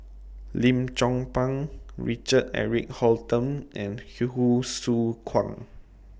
Lim Chong Pang Richard Eric Holttum and Hsu Tse Kwang